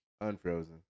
unfrozen